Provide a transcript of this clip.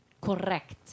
Correct